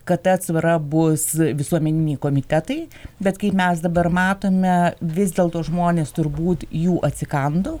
kad ta atsvara bus visuomeniniai komitetai bet kaip mes dabar matome vis dėlto žmonės turbūt jų atsikando